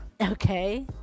okay